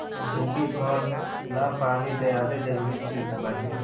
जिंदगी भर ला पानी ज्यादे जरूरी चीज़ बाटे